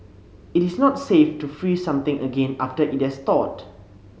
it is not safe to freeze something again after it has thawed